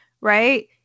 right